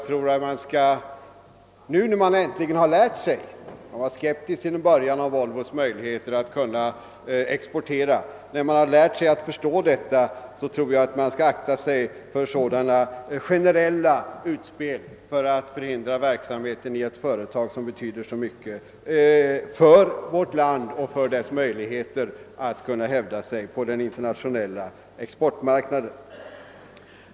När man nu äntligen har lärt sig att förstå detta — till en början var man skeptisk om Volvos möjligheter att kunna exportera — tror jag att man skall akta sig för sådana generella utspel för att förhindra verksamheten i ett företag som betyder så mycket för vårt land och dess möjligheter att kunna hävda sig på den internationella exportmarknaden.